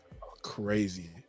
crazy